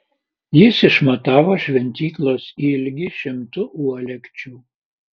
jis išmatavo šventyklos ilgį šimtu uolekčių